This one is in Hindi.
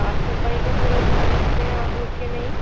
साफ सफाई का पूरा ध्यान रखते है आप लोग कि नहीं